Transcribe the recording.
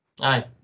Aye